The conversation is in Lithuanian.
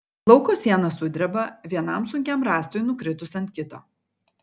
lauko siena sudreba vienam sunkiam rąstui nukritus ant kito